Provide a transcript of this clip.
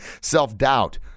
self-doubt